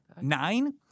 Nine